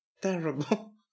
terrible